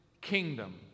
kingdom